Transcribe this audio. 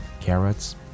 Carrots